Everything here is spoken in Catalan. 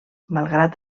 malgrat